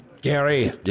Gary